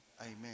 Amen